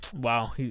Wow